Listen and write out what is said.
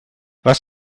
was